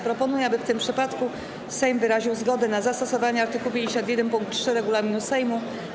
Proponuję, aby w tym przypadku Sejm wyraził zgodę na zastosowanie art. 51 pkt 3 regulaminu Sejmu.